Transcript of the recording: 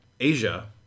Asia